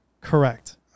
Correct